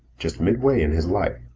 just mid-way in his life,